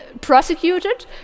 prosecuted